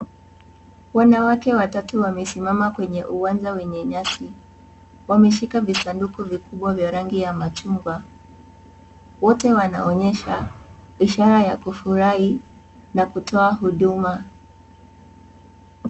Wanawake watatu wamesimama kwenye uwanja wenye nyasi. Wameshika visanduku vikubwa vya rangi ya machungwa. Wote wanaonyesha ishara ya kufurahi na kutoa huduma.